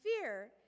fear